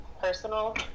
personal